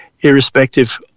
irrespective